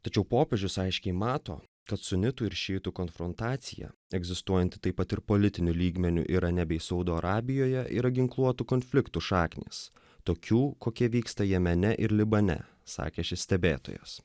tačiau popiežius aiškiai mato kad sunitų ir šiitų konfrontacija egzistuojanti taip pat ir politiniu lygmeniu yra nebe į saudo arabijoje yra ginkluotų konfliktų šaknys tokių kokie vyksta jemene ir libane sakė šis stebėtojas